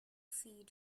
feed